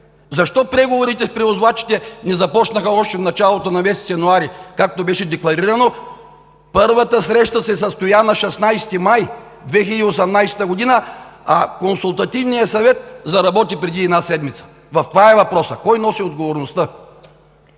Защо преговорите с превозвачите не започнаха още в началото на месец януари, както беше декларирано? Първата среща се състоя на 16 май 2018 г., а Консултативният съвет заработи преди една седмица. В това е въпросът: кой носи отговорността?